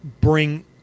bring